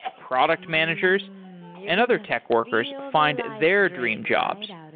product managers and other tech workers find their dream jobs.